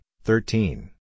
thirteen